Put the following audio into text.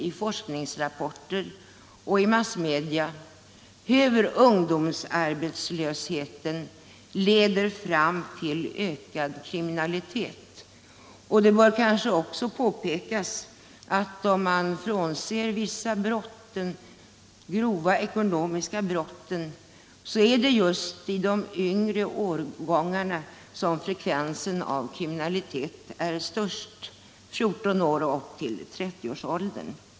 I forskningsrapporter och massmedia påpekas allt oftare att ungdomsarbetslösheten leder till ökad kriminalitet. Om man bortser från de grova ekonomiska brotten är det just i de yngre årgångarna som frekvensen av kriminalitet är störst, nämligen mellan 14 år och upp till 30-årsåldern.